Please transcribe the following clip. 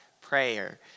prayer